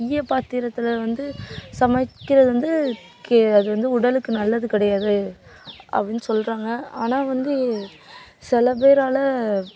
ஈயப் பாத்திரத்தில் வந்து சமைக்கிறது வந்து கே அது வந்து உடலுக்கு நல்லது கிடையாது அப்படின்னு சொல்கிறாங்க ஆனால் வந்து சில பேரால்